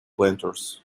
planters